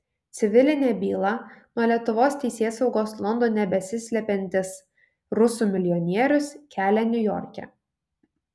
civilinę bylą nuo lietuvos teisėsaugos londone besislepiantis rusų milijonierius kelia niujorke